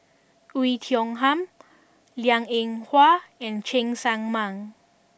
Oei Tiong Ham Liang Eng Hwa and Cheng Tsang Man